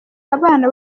abana